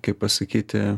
kaip pasakyti